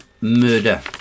murder